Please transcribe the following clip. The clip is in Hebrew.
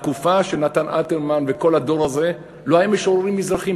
בתקופה של נתן אלתרמן וכל הדור הזה לא היו משוררים מזרחים.